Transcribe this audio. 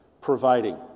providing